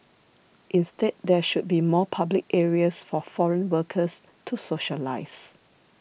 instead there should be more public areas for foreign workers to socialise